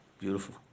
beautiful